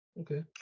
Okay